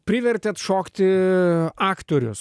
privertėt šokti aktorius